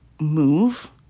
move